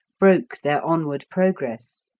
broke their onward progress.